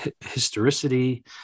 historicity